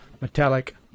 metallic